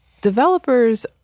developers